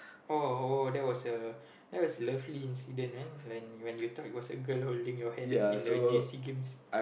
oh that was a that was a lovely incident man when when you thought it was a girl holding your hand in the j_c games